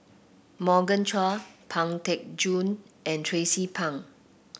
Morgan Chua Pang Teck Joon and Tracie Pang